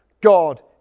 God